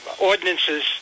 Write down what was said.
ordinances